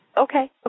Okay